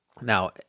Now